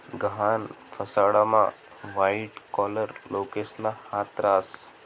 गहाण फसाडामा white collar लोकेसना हात रास